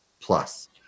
plus